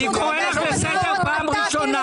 תנו להן ללכת ללמוד ואז תראו שהן